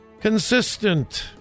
consistent